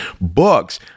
Books